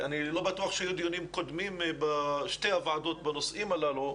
אני לא בטוח שהיו דיונים קודמים בשתי הוועדות בנושאים הללו,